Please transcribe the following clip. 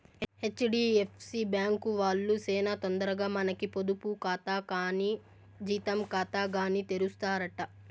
HDFC bank వాల్లు సేనా తొందరగా మనకి పొదుపు కాతా కానీ జీతం కాతాగాని తెరుస్తారట